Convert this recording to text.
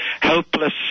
helpless